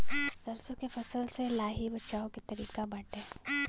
सरसो के फसल से लाही से बचाव के का तरीका बाटे?